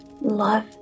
Love